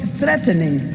threatening